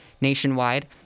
Nationwide